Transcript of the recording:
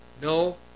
No